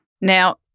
Now